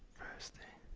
thirsty,